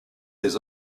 his